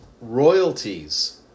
Royalties